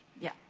yeah,